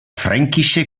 fränkische